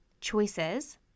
choices